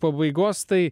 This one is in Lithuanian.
pabaigos tai